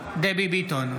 דבי ביטון,